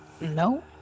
no